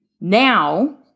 now